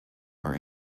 are